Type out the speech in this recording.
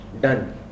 done